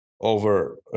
over